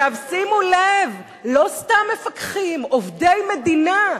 שימו לב, לא סתם מפקחים עובדי מדינה.